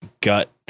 gut